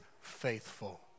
faithful